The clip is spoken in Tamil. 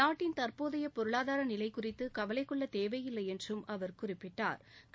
நாட்டின் தற்போதைய பொருளாதார நிலை குறித்து கவலை கொள்ள தேவையில்லை என்றும் அவர் குறிப்பிட்டா்